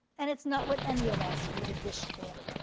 and it's not what any of us would have wished for.